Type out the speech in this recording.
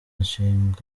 imishinga